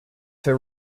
for